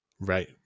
Right